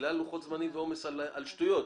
בגלל לוחות זמנים ועומס על שטויות.